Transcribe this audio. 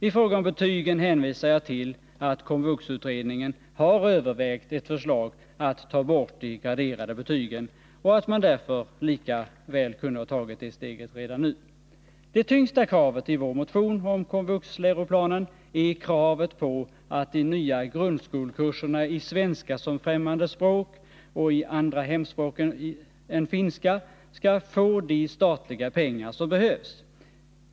I fråga om betygen hänvisar jag till att KOMVUX-utredningen har Läroplan för den övervägt ett förslag att ta bort de graderade betygen och att man därför lika kommunala vuxväl kunde ha tagit det steget redan nu. enutbildningen Det tyngsta kravet i vår motion om KOMVUX-läroplanen är kravet på att de nya grundskolkurserna i svenska som främmande språk och i andra hemspråk än finska skall få de statliga pengar som behövs.